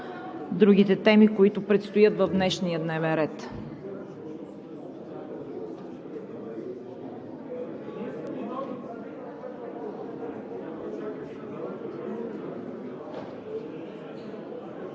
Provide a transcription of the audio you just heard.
другите теми, които предстоят в днешния дневен ред.